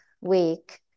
week